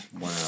Wow